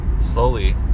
slowly